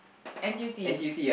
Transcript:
N_T_U_C